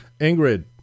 Ingrid